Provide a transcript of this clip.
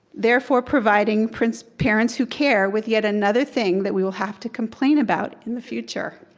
therefore providing parents parents who care with yet another thing that we will have to complain about in the future.